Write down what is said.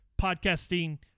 podcasting